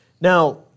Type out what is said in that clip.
Now